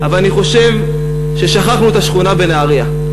אבל אני חושב ששכחנו את השכונה בנהרייה.